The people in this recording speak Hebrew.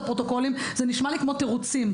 הפרוטוקולים זה נשמע לי כמו תירוצים.